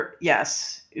Yes